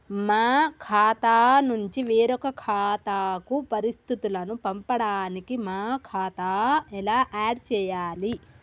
మా ఖాతా నుంచి వేరొక ఖాతాకు పరిస్థితులను పంపడానికి మా ఖాతా ఎలా ఆడ్ చేయాలి?